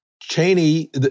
Cheney